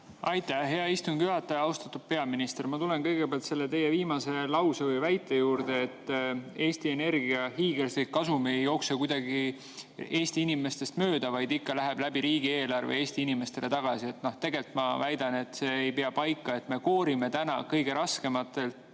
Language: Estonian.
Aitäh, hea istungi juhataja! Austatud peaminister! Ma tulen kõigepealt selle teie viimase lause või väite juurde, et Eesti Energia hiiglaslik kasum ei jookse kuidagi Eesti inimestest mööda, vaid läheb ikka läbi riigieelarve Eesti inimestele tagasi. Tegelikult ma väidan, et see ei pea paika. Me koorime täna kõige suuremasse